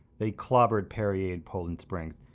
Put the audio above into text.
they clobbered perrier and poland springs,